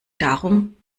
darum